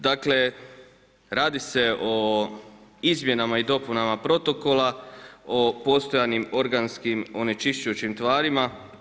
Dakle radi se o izmjenama i dopunama Protokola o postojanim organskim onečišćujućim tvarima.